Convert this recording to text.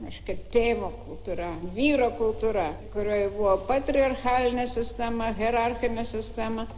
reiškia tėvo kultūra vyro kultūra kurioj buvo patriarchalinė sistema hierarchinė sistema